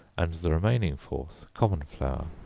and the remaining fourth common flour,